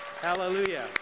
Hallelujah